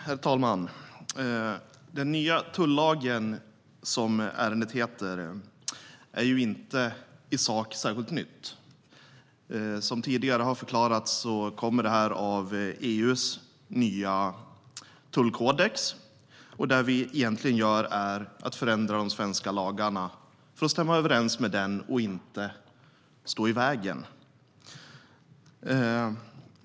Herr talman! Den nya tullagen , som ärendet heter, är inte i sak särskilt ny. Som tidigare har förklarats kommer den av EU:s nya tullkodex. Det vi egentligen gör är att förändra de svenska lagarna för att de ska stämma överens med den och inte stå i vägen.